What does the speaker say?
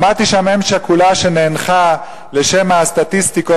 שמעתי שם אם שכולה שנאנחה לשמע הסטטיסטיקות,